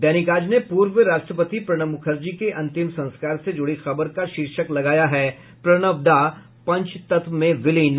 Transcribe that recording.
दैनिक आज ने पूर्व राष्ट्रपति प्रणब मुखर्जी के अंतिम संस्कार से जुड़ी खबर का शीर्षक लगाया है प्रणब दा पंचतत्व में विलीन